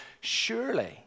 surely